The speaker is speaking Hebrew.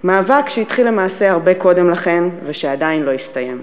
מאבק שהתחיל למעשה הרבה קודם לכן ושעדיין לא הסתיים.